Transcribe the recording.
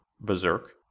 Berserk